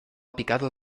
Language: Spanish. picado